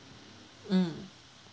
mm